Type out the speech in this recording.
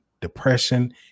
depression